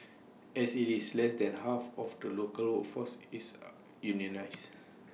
as IT is less than half of the local workforce is unionised